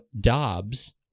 Dobbs